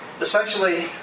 essentially